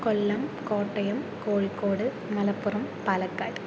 Kollam Kottayam Kozhikode Malappuram Palakkad